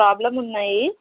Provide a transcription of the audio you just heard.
problem ఉన్నాయి